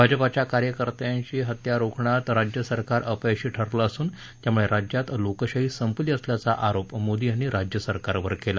भाजपाच्या कार्यकत्यांशी हत्या रोखण्यात राज्यसरकार अपयशी ठरली असून त्यामुळे राज्यात लोकशाही संपली असल्याचा आरोप मोदी यांनी राज्यसरकारवर केला